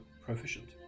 proficient